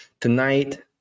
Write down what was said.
tonight